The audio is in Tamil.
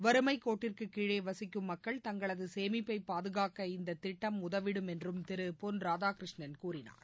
வறுமைக் கோட்டிற்கு கீழே வசிக்கும் மக்கள் தங்களது சேமிப்பை பாதுகாக்க இந்த திட்டம் உதவிடும் என்றும் திரு பொன் ராதாகிருஷ்ணன் கூறினார்